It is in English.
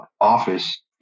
office